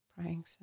praying